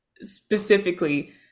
specifically